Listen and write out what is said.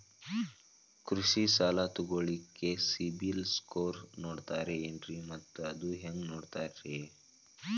ಕೃಷಿ ಸಾಲ ತಗೋಳಿಕ್ಕೆ ಸಿಬಿಲ್ ಸ್ಕೋರ್ ನೋಡ್ತಾರೆ ಏನ್ರಿ ಮತ್ತ ಅದು ಹೆಂಗೆ ನೋಡ್ತಾರೇ?